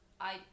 I-